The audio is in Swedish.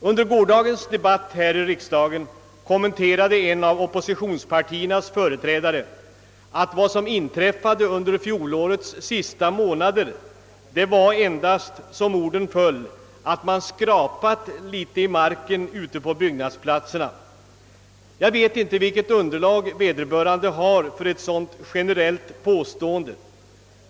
Under gårdagens debatt här i riksdagen kommenterade en av oppositionspartiernas företrädare att vad som inträffade under fjolårets sista månader endast var, som orden föll, »att man skrapat litet i marken ute på byggnadsplatserna». Jag vet inte vilket underlag talaren hade för ett sådant generellt påstående.